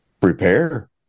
Prepare